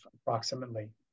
approximately